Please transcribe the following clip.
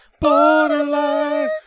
borderline